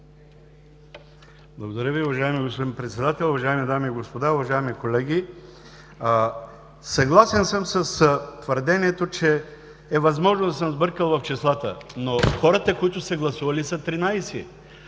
Благодаря Ви, уважаеми господин Председател. Уважаеми дами и господа, уважаеми колеги! Съгласен съм с твърдението, че е възможно да съм сбъркал в числата, но хората, които са гласували, са 13,